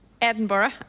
edinburgh